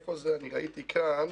ראיתי כאן